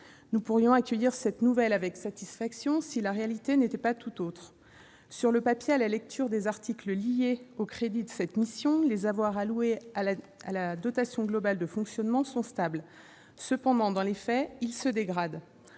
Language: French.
Nous pourrions accueillir cette nouvelle avec satisfaction- si la réalité n'était pas tout autre ... Sur le papier, à la lecture des articles rattachés aux crédits de cette mission, les moyens alloués à la dotation globale de fonctionnement sont stables ; dans les faits, toutefois, ils se dégradent.